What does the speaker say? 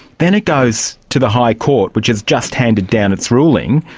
then it goes to the high court, which has just handed down its ruling.